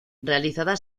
realizada